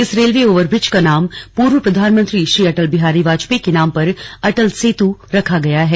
इस railway overbridge का नाम पूर्व प्रधानमंत्री श्री अटल बिहारी वाजपेयी के नाम पर अटल सेतु रखा गया है